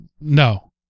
no